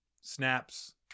snaps